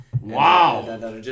Wow